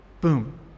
Boom